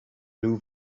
blue